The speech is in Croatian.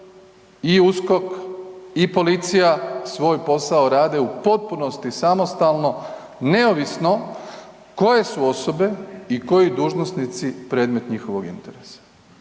i USKOK i policija svoj posao rade u potpunosti samostalno neovisno koje su osobe i koji dužnosnici predmet njihovog interesa.